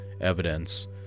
evidence